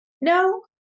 No